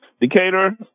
Decatur